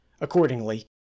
Accordingly